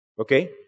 Okay